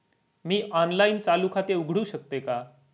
मी online चालू खाते उघडू शकते का?